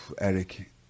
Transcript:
Eric